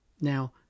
Now